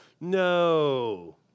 no